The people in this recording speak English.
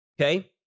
Okay